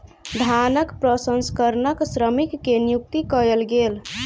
धानक प्रसंस्करणक श्रमिक के नियुक्ति कयल गेल